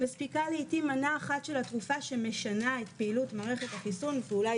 מספיקה לעיתים מנה אחת של התרופה שמשנה את פעילות מערכת החיסון ואולי